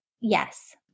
Yes